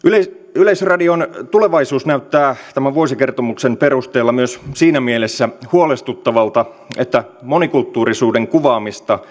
yleisradion tulevaisuus näyttää tämän vuosikertomuksen perusteella myös siinä mielessä huolestuttavalta että monikulttuurisuuden kuvaamista